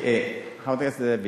תראי, חברת הכנסת לוי,